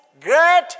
Great